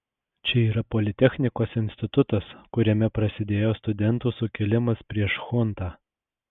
čia yra politechnikos institutas kuriame prasidėjo studentų sukilimas prieš chuntą